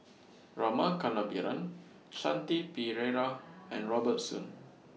Rama Kannabiran Shanti Pereira and Robert Soon